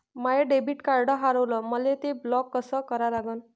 माय debit card हारवलं, मले ते ब्लॉक कस करा लागन?